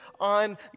on